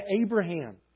Abraham